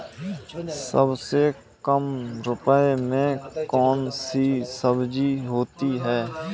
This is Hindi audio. सबसे कम रुपये में कौन सी सब्जी होती है?